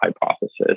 hypothesis